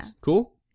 Cool